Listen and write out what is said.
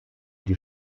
die